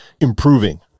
improving